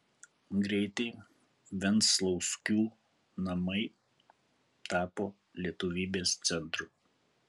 greitai venclauskių namai tapo lietuvybės centru